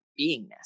beingness